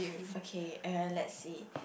okay err let's see